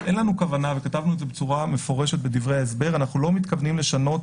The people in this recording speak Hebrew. זאת אומרת כתבנו בצורה מפורשת בדברי ההסבר שאנחנו לא מתכוונים לשנות